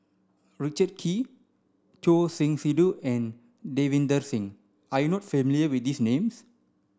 Richard Kee Choor Singh Sidhu and Davinder Singh are you not familiar with these names